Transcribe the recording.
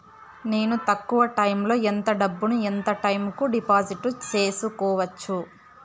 నేను తక్కువ టైములో ఎంత డబ్బును ఎంత టైము కు డిపాజిట్లు సేసుకోవచ్చు?